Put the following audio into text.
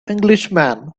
englishman